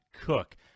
Cook